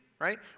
Right